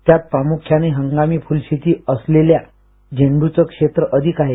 त्यात प्रामुख्याने हंगामी फुलशेती असलेल्या झेंडूचं क्षेत्र अधिक आहे